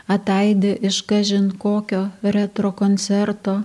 ataidi iš kažin kokio retro koncerto